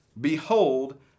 Behold